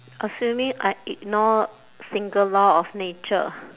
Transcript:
assuming I ignore single law of nature